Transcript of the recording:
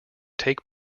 take